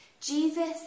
Jesus